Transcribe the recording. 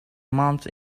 month